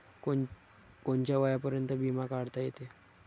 कोनच्या वयापर्यंत बिमा काढता येते?